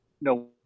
no